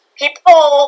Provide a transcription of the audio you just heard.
people